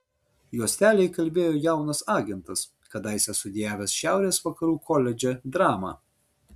juostelę įkalbėjo jaunas agentas kadaise studijavęs šiaurės vakarų koledže dramą